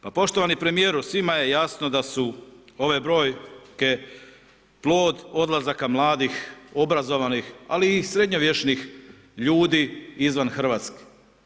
Pa poštovani premijeru, svima je jasno da su ove brojke plod odlazaka mladih, obrazovanih ali i sredovječnih ljudi izvan Hrvatske.